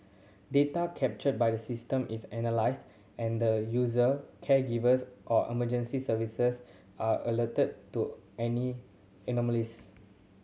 data captured by the system is analysed and the user caregivers or emergency services are alerted to any anomalies